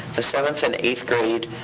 the seventh and eighth grade.